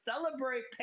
celebrate